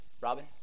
Robin